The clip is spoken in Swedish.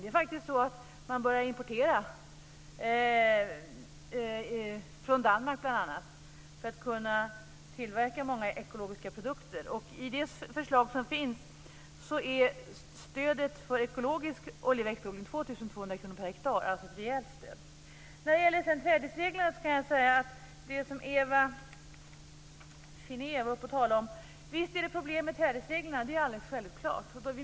Det är faktiskt så att man börjar importera från bl.a. Danmark för att kunna tillverka många ekologiska produkter. I det förslag som finns är stödet för ekologisk oljeväxtodling 2 200 kr per hektar, alltså ett rejält stöd. Trädesreglerna, som Ewa Thalén Finné talade om, är det visst problem med. Det är alldeles självklart.